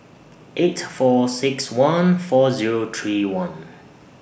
eight four six one four Zero three one